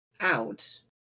out